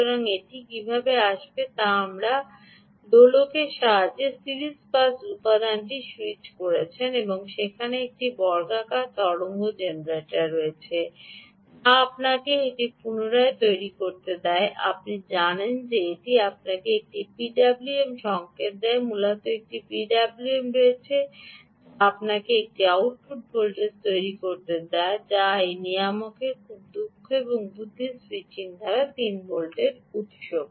সুতরাং এটি কীভাবে আসবে তা আমরা কেবল এই কারণেই হয়ে উঠছি যে আপনি এই দোলক দ্বারা এই সিরিজটি পাস উপাদানটি স্যুইচ করছেন এবং সেখানে একটি বর্গাকার তরঙ্গ জেনারেটর রয়েছে যা আপনাকে এটি পুনরায় তৈরি করতে দেয় আপনি জানেন যে এটি আপনাকে একটি পিডব্লিউএম সংকেত দেয় মূলত একটি পিডব্লিউএম ব্লক রয়েছে যা আপনাকে এই আউটপুট ভোল্টেজ তৈরি করতে দেয় যা এই নিয়ামকের এই খুব দক্ষ এবং বুদ্ধি স্যুইচিং দ্বারা 3 ভোল্টস